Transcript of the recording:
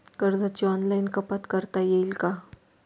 कर्जाची ऑनलाईन कपात करता येईल का?